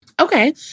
okay